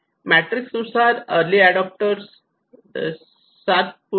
matrix नुसार अर्ली एडाप्टर 7